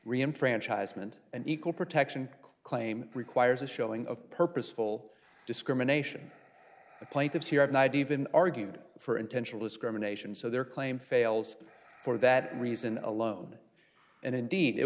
reem franchise meant an equal protection claim requires a showing of purposeful discrimination the plaintiffs here at night even argued for intentional discrimination so their claim fails for that reason alone and indeed it